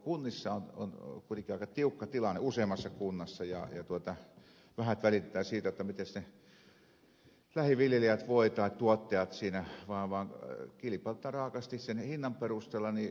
vaikka kunnissa on kuitenkin aika tiukka tilanne useimmissa kunnissa vähät välitetään siitä miten ne lähiviljelijät tai tuottajat voivat kilpailutetaan raaasti hinnan perusteella